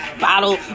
Bottle